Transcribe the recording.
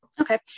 okay